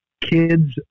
kids